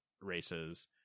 races